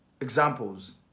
examples